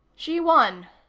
she won,